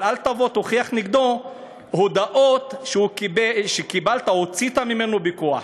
אבל אל תבוא ותוכיח נגדו בהודאות שקיבלת או שהוצאת ממנו בכוח.